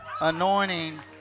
anointing